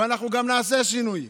ואנחנו גם נעשה שינוי.